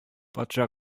патша